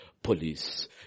Police